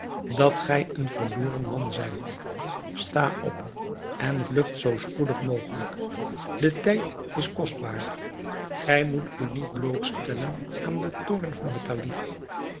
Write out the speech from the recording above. dat gij een verloren man zijt sta op en vlugt zoo spoedig mogelijk de tijd is kostbaar gij moet u niet blootstellen aan den toorn van den kalif